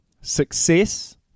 Success